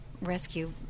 Rescue